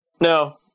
No